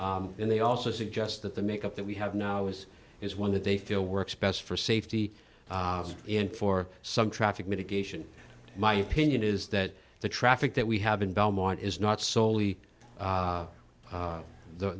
and they also suggest that the make up that we have now is is one that they feel works best for safety and for some traffic mitigation my opinion is that the traffic that we have in belmont is not solely